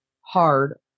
hard